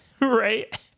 right